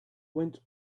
went